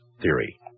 theory